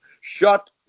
Shut